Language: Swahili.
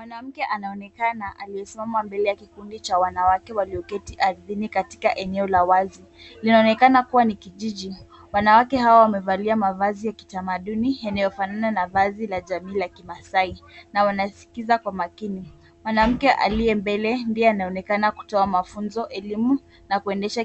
Mwanamke anaonekana aliyesimama mbele ya kikundi cha wanawake walioketi ardhini katika eneo la wazi. Linaonekana kuwa ni kijiji. Wanawake hawa wamevalia mavazi ya kitamaduni yanayofanana na vazi la jamii la Kimasai, na wanasikiza kwa makini. Mwanamke aliye mbele ndiye anaonekana kutoa mafunzo elimu na kuendesha